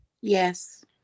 Yes